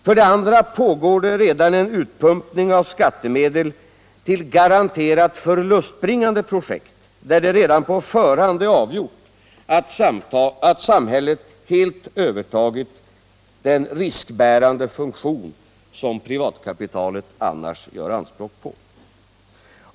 För det andra pågår redan en utpumpning av skattemedel till garanterat förlustbringande projekt, där det redan på förhand är avgjort att samhället helt övertagit den riskbärande funktion som privatkapitalet annars gör anspråk på.